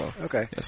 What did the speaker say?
Okay